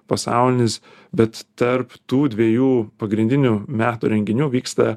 pasaulinis bet tarp tų dviejų pagrindinių metų renginių vyksta